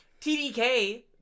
TDK